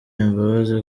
imbabazi